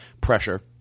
pressure